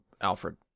Alfred